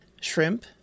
shrimp